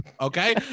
okay